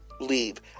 leave